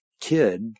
kid